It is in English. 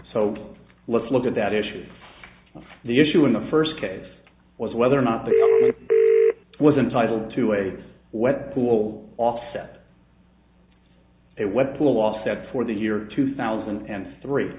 so let's look at that issue the issue in the first case was whether or not the rape wasn't titled to a wet pool offset it would pull off that for the year two thousand and three